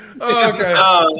Okay